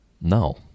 No